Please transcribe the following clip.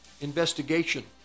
investigation